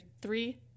three